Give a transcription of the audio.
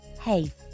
Hey